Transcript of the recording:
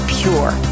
pure